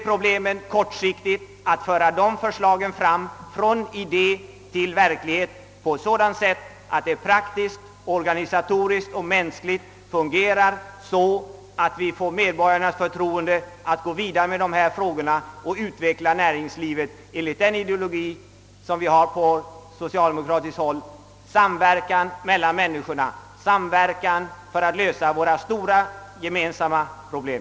Problemet är på kort sikt att föra förslagen från idé till verklighet på ett sådant sätt, att systemet praktiskt, organisatoriskt och mänskligt fungerar så, att vi får medborgarnas förtroende att gå vidare i dessa frå gor och utveckla näringslivet enligt den ideologi vi har på socialdemokratiskt håll: samverkan mellan människorna, samverkan för att lösa våra stora gemensamma problem.